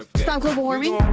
ah stop global warming?